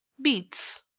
beets.